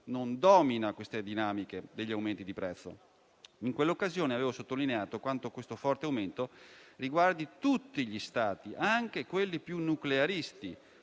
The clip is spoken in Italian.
non domina le dinamiche degli aumenti di prezzo. In quell'occasione avevo sottolineato quanto questo forte aumento riguardasse tutti gli Stati, anche quelli più nuclearisti,